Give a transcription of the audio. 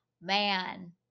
man